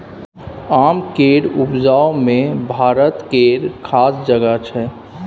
आम केर उपज मे भारत केर खास जगह छै